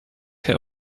have